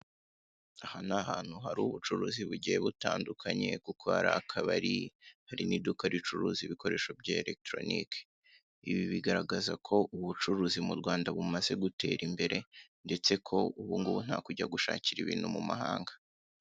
Aha ni ahantu hari ubucuruzi bugiye butandukanye kuko hari akabari, hari n'iduka ricuruza ibikoresho bya erekitoronike, ibibigaragaza ko ubucuruzi mu Rwanda bumaze gutera imbere ndetse ko ubu ngubu ntakujya gushakira ibintu mu mahanga.